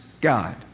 God